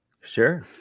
Sure